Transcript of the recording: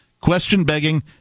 question-begging